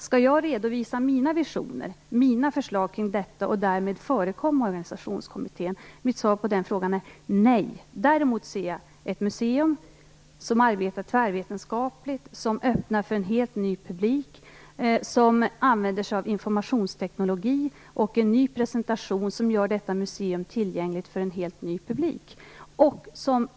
Skall jag redovisa mina visioner och mina förslag kring detta och därmed förekomma organisationskommittén? Mitt svar på den frågan är nej. Däremot ser jag framför mig ett museum som arbetar tvärvetenskapligt, som öppnar för en helt ny publik och som använder informationsteknologi och en ny presentation för att göra detta museum tillgängligt för en helt ny publik.